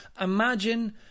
Imagine